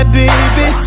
baby